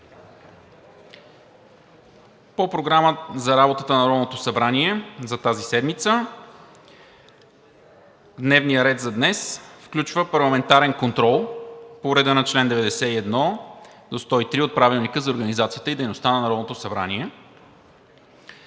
По Програмата за работата на Народното събрание за тази седмица дневният ред за днес включва парламентарен контрол по реда на чл. 91 – 103 от Правилника за организацията и дейността на Народното събрание.